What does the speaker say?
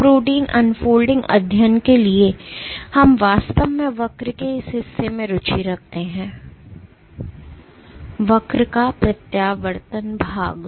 तो protein unfolding अध्ययन के लिए हम वास्तव में वक्र के इस हिस्से में रुचि रखते हैं वक्र का प्रत्यावर्तन भाग